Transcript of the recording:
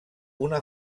una